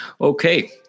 Okay